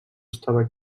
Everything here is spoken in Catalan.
estava